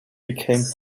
became